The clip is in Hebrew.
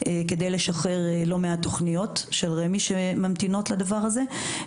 כדי לשחרר לא מעט תוכניות של רמ"י שממתינות לדבר הזה.